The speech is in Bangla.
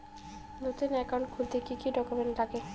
নতুন একাউন্ট খুলতে কি কি ডকুমেন্ট লাগে?